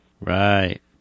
Right